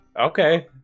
Okay